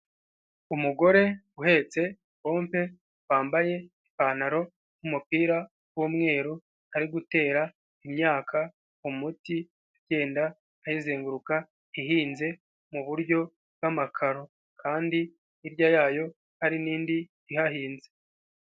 Umugore uhetse pompe wambaye ipantaro n'umupira w'umweru ari gutera imyaka umuti ugenda ayizenguruka ihinze mu buryo bw'amakaro kandi hirya yayo hari n'indi ihahinze.